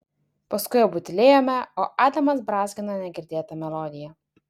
paskui abu tylėjome o adamas brązgino negirdėtą melodiją